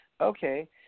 Okay